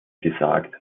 gesagt